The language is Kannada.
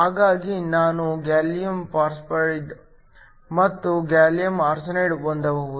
ಹಾಗಾಗಿ ನಾನು ಗ್ಯಾಲಿಯಂ ಫಾಸ್ಫೈಡ್ ಮತ್ತು ಗ್ಯಾಲಿಯಂ ಆರ್ಸೆನೈಡ್ ಹೊಂದಬಹುದು